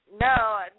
No